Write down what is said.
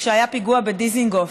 כשהיה פיגוע בדיזנגוף,